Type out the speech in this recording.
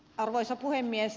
arvoisa puhemies